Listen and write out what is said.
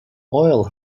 oil